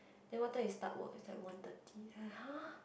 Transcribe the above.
then what time you start work is like one thirty like !huh!